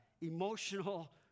emotional